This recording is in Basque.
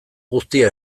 guztia